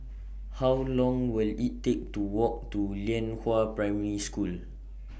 How Long Will IT Take to Walk to Lianhua Primary School